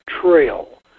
Trail